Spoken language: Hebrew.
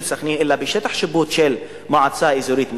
סח'נין אלא בשטח השיפוט של מועצה אזורית משגב.